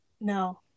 No